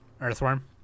Earthworm